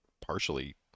partially